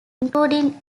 including